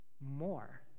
more